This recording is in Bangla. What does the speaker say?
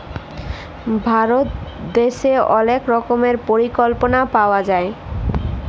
ভারত দ্যাশে অলেক রকমের পরিকল্পলা পাওয়া যায়